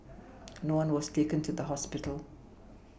no one was taken to the hospital